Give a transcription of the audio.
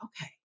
okay